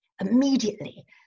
Immediately